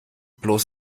bloß